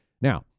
Now